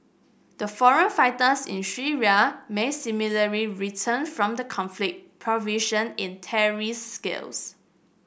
the foreign fighters in Syria may similarly return from the conflict proficient in terrorist skills